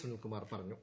സുനിൽകു മാർ പറഞ്ഞു